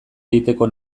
egiteko